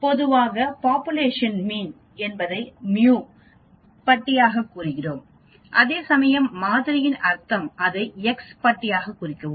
பொதுவாக population mean என்பதை μ பட்டியாகக் குறிக்கிறோம் அதேசமயம் மாதிரியின் அர்த்தம் அதை எக்ஸ் பட்டியாகக் குறிக்கவும்